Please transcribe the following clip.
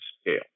scale